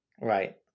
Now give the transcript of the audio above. Right